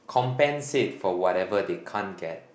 compensate for what ever they can't get